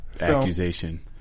accusation